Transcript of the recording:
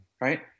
Right